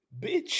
bitch